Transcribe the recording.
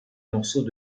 morceaux